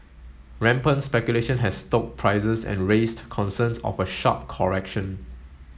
rampant speculation has stoked prices and raised concerns of a sharp correction